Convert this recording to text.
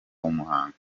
umuhango